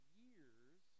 years